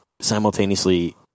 simultaneously